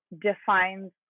defines